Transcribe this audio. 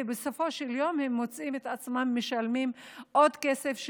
ובסופו של דבר הם מוצאים את עצמם משלמים עוד כסף,